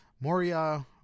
Moria